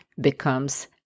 becomes